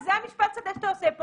איך שאתה רוצה להגדיר את